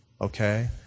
okay